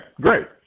great